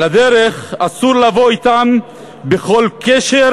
על הדרך אסור לבוא אתם בכל קשר,